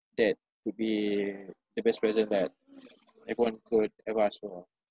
that would be the best present that everyone could ever ask for ah